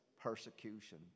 persecution